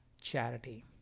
charity